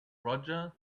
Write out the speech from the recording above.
roger